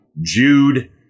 Jude